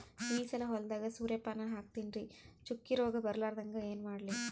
ಈ ಸಲ ಹೊಲದಾಗ ಸೂರ್ಯಪಾನ ಹಾಕತಿನರಿ, ಚುಕ್ಕಿ ರೋಗ ಬರಲಾರದಂಗ ಏನ ಮಾಡ್ಲಿ?